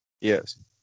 Yes